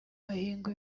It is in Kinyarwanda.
hahingwa